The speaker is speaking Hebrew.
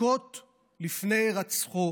דקות לפני הירצחו